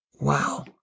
Wow